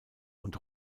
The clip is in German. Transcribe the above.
und